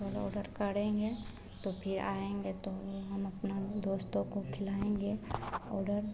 कल ऑडर करेंगे तो फ़िर आएँगे तो वह हम अपना दोस्तों को खिलाएँगे ऑडर